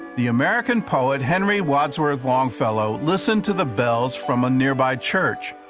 the american poet, henry wadsworth longfellow listened to the bells from a nearby church,